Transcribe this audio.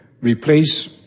Replace